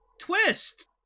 twist